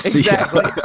yeah.